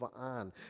on